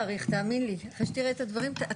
תאמין לי, אתה תאריך לאחר שתראה את הדברים.